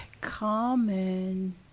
common